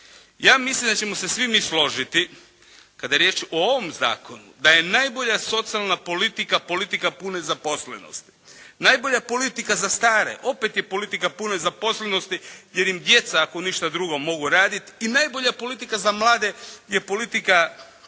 Ja mislim da ćemo se svi mi složiti kad je riječ o ovom zakonu da je najbolja socijalna politika politika pune zaposlenosti. Najbolja politika za stare opet je politika pune zaposlenosti jer im djeca ako ništa drugo mogu raditi i najbolja politika za mlade je politika